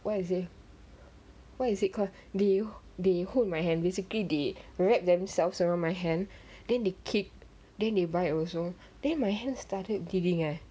what is it what is it called they they hook my hand basically they wrap themselves around my hand then they kick then they bite also then my hand started bleeding ah